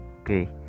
okay